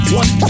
one